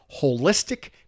holistic